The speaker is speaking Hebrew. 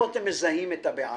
איפה אתם מזהים את הבעיה?